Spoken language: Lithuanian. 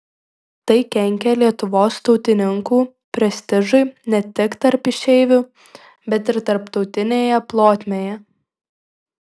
tai kenkė lietuvos tautininkų prestižui ne tik tarp išeivių bet ir tarptautinėje plotmėje